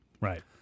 right